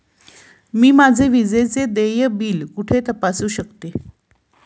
मी माझे विजेचे देय बिल कुठे तपासू शकते?